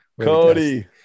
Cody